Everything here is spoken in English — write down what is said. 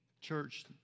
church